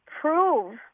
prove